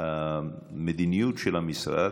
המדיניות של המשרד,